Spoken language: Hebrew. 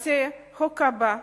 נחוקק את החוק הבא,